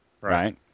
Right